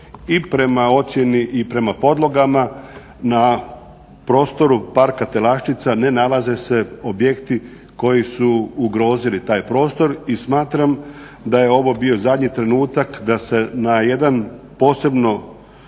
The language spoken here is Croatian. i prema ocjeni i prema podlogama na prostoru Parka Telaščica ne nalaze se objekti koji su ugrozili taj prostor i smatram da je ovo bio zadnji trenutak da se na jedan posebno